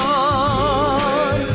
on